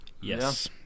Yes